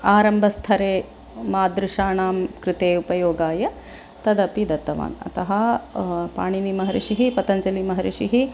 आरम्भस्तरे मादृशाणां कृते उपयोगाय तदपि दत्तवान् अतः पाणिनिमहर्षिः पतञ्जलिमहर्षिः